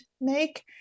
make